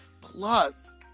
plus